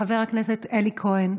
חבר הכנסת אלי כהן,